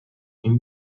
این